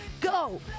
Go